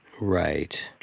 Right